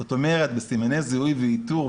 זאת אומרת בסימני זיהוי ואיתור,